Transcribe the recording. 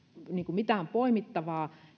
mitään poimittavaa